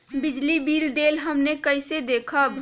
बिजली बिल देल हमन कईसे देखब?